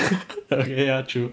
okay ya true